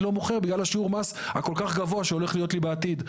אני לא מוכר בגלל שיעור המס הכל כך גבוה שהולך להיות לי בעתיד.